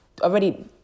already